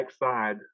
backside